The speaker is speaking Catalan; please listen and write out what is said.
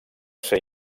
ser